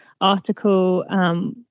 article